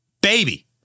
Baby